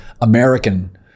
American